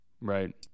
right